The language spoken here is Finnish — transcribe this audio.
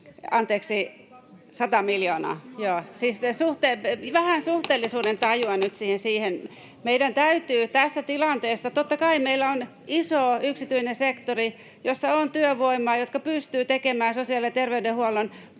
Puhemies koputtaa] Siis vähän suhteellisuudentajua nyt siihen. Tässä tilanteessa, totta kai, kun meillä on iso yksityinen sektori, jossa on työvoimaa, joka pystyy tekemään sosiaali‑ ja terveydenhuollon tuottamaa